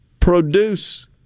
produce